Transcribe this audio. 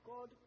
God